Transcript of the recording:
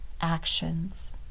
actions